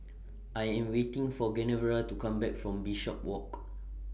I Am waiting For Genevra to Come Back from Bishopswalk